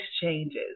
changes